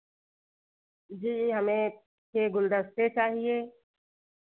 जी हमें छः गुलदस्ते चाहिए